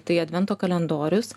tai advento kalendorius